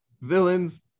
villains